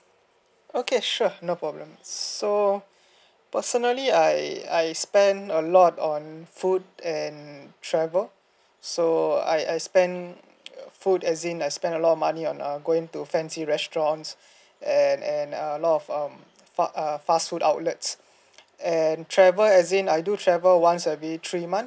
okay sure no problem so personally I I spend a lot on food and travel so I I spend food as in I spend a lot of money on going to fancy restaurant and and a lot of um fas~ uh fast food outlets and travel as in I do travel once every three month